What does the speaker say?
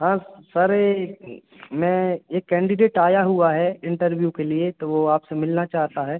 हाँ सर ये मैं एक कैंडीडेट आया हुआ है इंटरव्यू के लिए तो वो आपसे मिलना चाहता है